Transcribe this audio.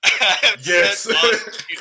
Yes